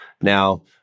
Now